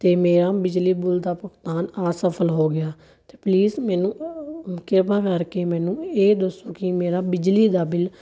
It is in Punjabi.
ਅਤੇ ਮੇਰਾ ਬਿਜਲੀ ਬਿੱਲ ਦਾ ਭੁਗਤਾਨ ਅਸਫਲ ਹੋ ਗਿਆ ਅਤੇ ਪਲੀਸ ਮੈਨੂੰ ਕਿਰਪਾ ਕਰਕੇ ਮੈਨੂੰ ਇਹ ਦੱਸੋ ਕਿ ਮੇਰਾ ਬਿਜਲੀ ਦਾ ਬਿੱਲ